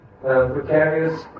precarious